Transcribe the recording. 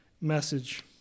message